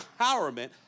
empowerment